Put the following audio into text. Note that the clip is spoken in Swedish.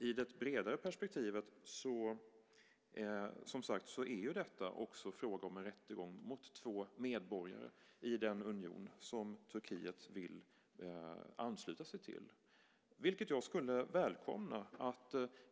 I det bredare perspektivet är detta, som sagt, också fråga om en rättegång mot två medborgare i den union som Turkiet vill ansluta sig till, vilket jag skulle välkomna.